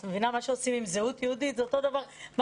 מה שעושים בתקשורת,